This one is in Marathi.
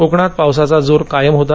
कोकणात पावसाचा जोर कायम होता